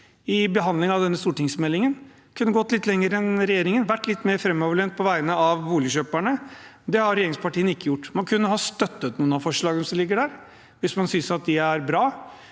i behandlingen av denne stortingsmeldingen. De kunne gått litt lenger enn regjeringen, vært litt mer framoverlent på vegne av boligkjøperne, men det har regjeringspartiene ikke gjort. Man kunne ha støttet noen av de forslagene som ligger der, hvis man